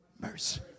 mercy